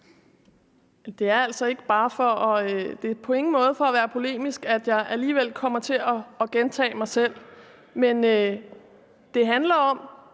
Det er på ingen måde for at være polemisk, at jeg alligevel kommer til at gentage mig selv, men det handler om